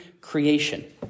creation